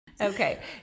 Okay